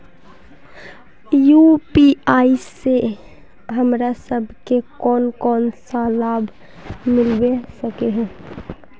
UPI से हमरा सब के कोन कोन सा लाभ मिलबे सके है?